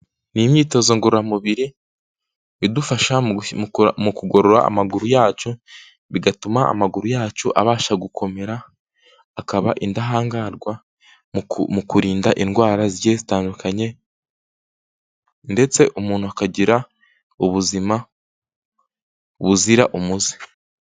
Ni imyitozo ngororamubiri, idufashakura mu kugorora amaguru yacu, bigatuma amaguru yacu abasha gukomera, akaba indahangarwa mu kurinda indwara zigiye zitandukanye, ndetse umuntu akagira ubuzima buzira umuze.